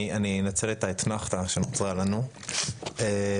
אני אנצל את האתנחתא שנוצרה לנו כדי